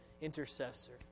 intercessor